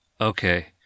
Okay